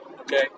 okay